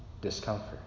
discomfort